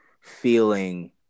feeling